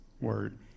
word